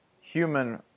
human